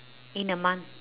in a month